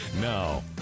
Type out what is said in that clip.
Now